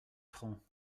francs